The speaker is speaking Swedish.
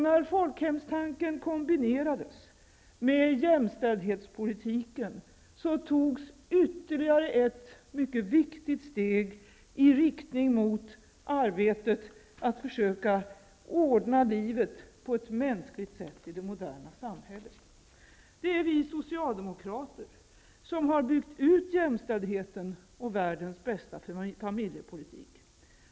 När folkhemstanken kombinerades med jämställdhetspolitiken togs ytterligare ett mycket viktigt steg i riktning mot arbetet att försöka ordna livet på ett mänskligt sätt i det moderna samhället. Det är vi socialdemokrater som har byggt ut jämställdheten och världens bästa familjepolitik.